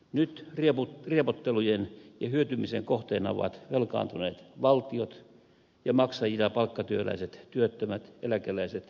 nyt riepottelujen ja hyötymisen kohteena ovat velkaantuneet valtiot ja maksajina palkkatyöläiset työttömät eläkeläiset veronmaksajat